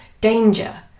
danger